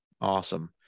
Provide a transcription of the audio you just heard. Awesome